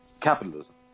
capitalism